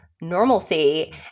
normalcy